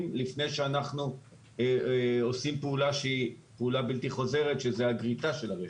לפני שאנחנו עושים פעולה בלתי חוזרת של גריטת הרכב,